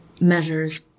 measures